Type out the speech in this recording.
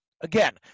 Again